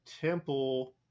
temple